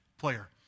player